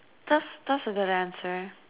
that's that's a good answer